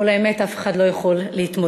מול האמת אף אחד לא יכול להתמודד.